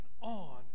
on